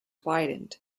widened